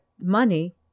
money